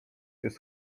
jest